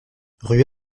rue